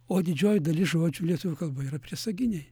o didžioji dalis žodžių lietuvių kalboj yra priesaginiai